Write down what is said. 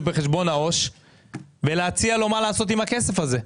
בחשבון העו"ש ולהציע לו מה לעשות עם הכסף הזה.